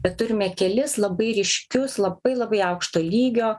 bet turime kelis labai ryškius labai labai aukšto lygio